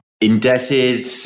indebted